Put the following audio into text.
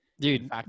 Dude